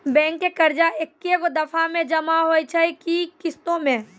Bank के कर्जा ऐकै दफ़ा मे जमा होय छै कि किस्तो मे?